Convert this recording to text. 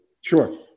sure